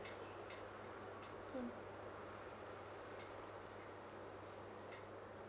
mm